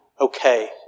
okay